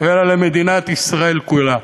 אלא למדינת ישראל כולה,